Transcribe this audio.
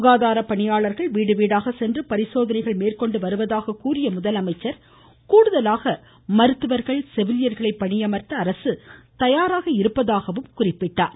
சுகாதார பணியாளர்கள் வீடு வீடாக சென்று பரிசோதனைகள் மேற்கொண்டு வருவதாக கூறிய முதலமைச்சர் கூடுதலாக மருத்துவர்கள் செவிலியர்களை பணியமர்த்த அரசு தயாராக இருப்பதாகவும் எடுத்துரைத்தார்